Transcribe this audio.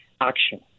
action